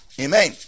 Amen